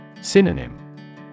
Synonym